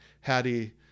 Hattie